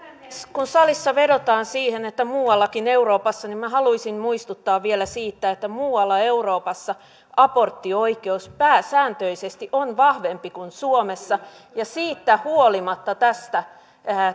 kun salissa vedotaan siihen että muuallakin euroopassa niin minä haluaisin muistuttaa vielä siitä että muualla euroopassa aborttioikeus pääsääntöisesti on vahvempi kuin suomessa ja siitä huolimatta tästä